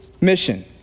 mission